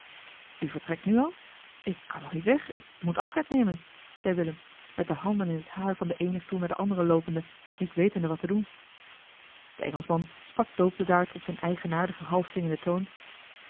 vertrekt nu al ik kan nog niet weg ik moet afscheid nemen zei willem met de handen in het haar van den eenen stoel naar den anderen loopende niet wetende wat te doen de engelschman sprak doodbedaard op zijn eigenaardigen half zingenden toon